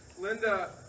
Linda